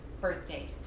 birthday